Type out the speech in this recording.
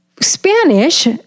Spanish